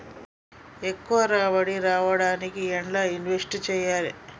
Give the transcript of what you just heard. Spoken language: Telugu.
ఎక్కువ రాబడి రావడానికి ఎండ్ల ఇన్వెస్ట్ చేయాలే?